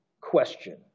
question